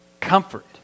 comfort